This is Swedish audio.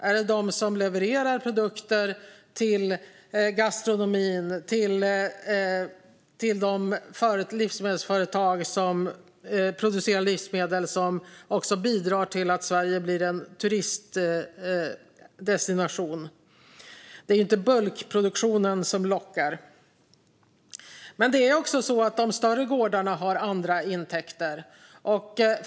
Är det de som levererar produkter till gastronomin, de livsmedelsproducenter som också bidrar till att Sverige blir en turistdestination? Det är ju inte bulkproduktionen som lockar. Men de större gårdarna har också andra intäkter.